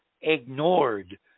ignored